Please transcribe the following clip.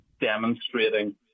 demonstrating